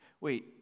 Wait